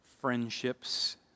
friendships